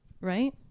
right